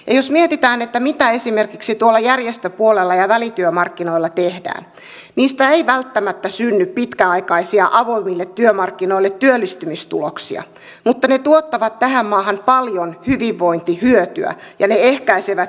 jos mietitään mitä esimerkiksi tuolla järjestöpuolella ja välityömarkkinoilla tehdään niistä ei välttämättä synny avoimille työmarkkinoille pitkäaikaisia työllistymistuloksia mutta ne tuottavat tähän maahan paljon hyvinvointihyötyä ja ne ehkäisevät syrjäytymistä